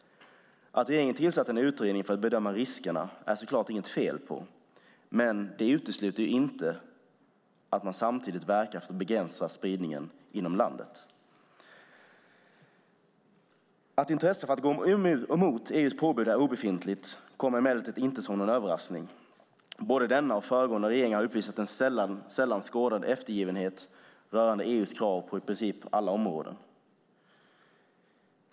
Att regeringen har tillsatt en utredning för att bedöma riskerna är naturligtvis inte fel, men det utesluter inte att man samtidigt verkar för att begränsa spridningen inom landet. Att intresset för att gå emot EU:s påbud är obefintligt kommer emellertid inte som någon överraskning. Såväl denna som föregående regeringar har uppvisat en sällan skådad eftergivenhet när det gäller EU:s krav på i princip alla områden.